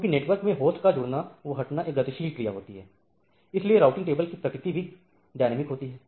क्योंकि नेटवर्क में होस्ट का जुड़ना एवं हटना एक गतिशील क्रिया होती है इसलिए राऊटिंग टेबल की प्रकृति भी गत्यात्मक होती है